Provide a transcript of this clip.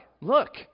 look